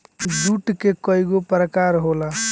जुट के कइगो प्रकार होला